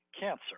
cancer